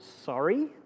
sorry